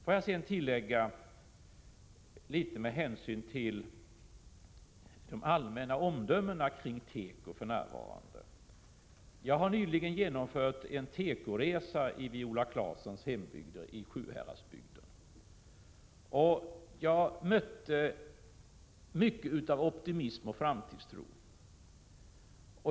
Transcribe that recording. Jag vill sedan — litet grand med hänsyn till de allmänna omdömena kring teko för närvarande — tillägga följande. Jag har nyligen genomfört en tekoresa i Viola Claessons hembygder i Sjuhäradsbygden. Jag mötte mycket av optimism och framtidstro.